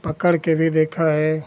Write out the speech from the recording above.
पकड़कर भी देखा है